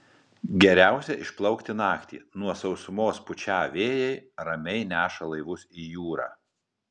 geriausia išplaukti naktį nuo sausumos pučią vėjai ramiai neša laivus į jūrą